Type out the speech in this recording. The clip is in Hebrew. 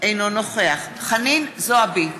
אינו נוכח חנין זועבי,